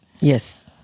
Yes